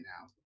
now